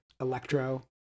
electro